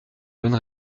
bonne